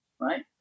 right